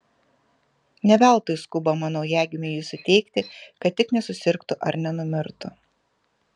ne veltui skubama naujagimiui jį suteikti kad tik nesusirgtų ar nenumirtų